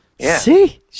See